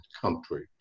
country